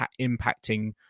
impacting